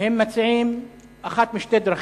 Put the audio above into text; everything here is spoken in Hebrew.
הם מציעים אחת משתי דרכים: